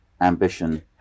ambition